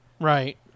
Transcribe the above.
Right